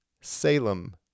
Salem